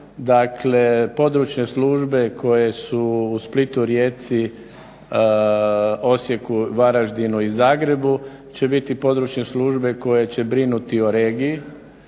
Dakle, područne službe koje su u Splitu, Rijeci, Osijeku, Varaždinu i Zagrebu će biti područne službe koje će brinuti o regiji